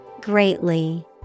Greatly